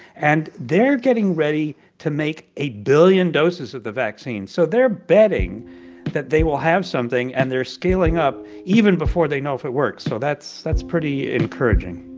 and they're getting ready to make a billion doses of the vaccine. so they're betting that they will have something, and they're scaling up even before they know if it works. so that's that's pretty encouraging